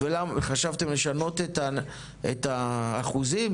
חשבתם לשנות את האחוזים?